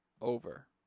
over